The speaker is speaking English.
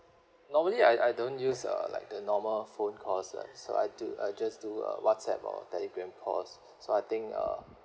normally I I don't use uh like the normal phone calls like so I do I just do a whatsapp or telegram calls so I think uh